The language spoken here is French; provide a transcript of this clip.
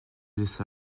laissa